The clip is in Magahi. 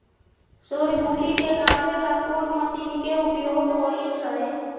सूर्यमुखी के काटे ला कोंन मशीन के उपयोग होई छइ?